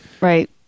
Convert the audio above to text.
right